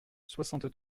soixante